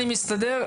אני מסתדר,